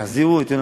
שיחזירו את יונתן